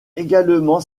également